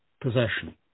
possession